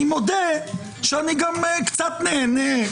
אני מודה שאני גם קצת נהנה,